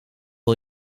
wel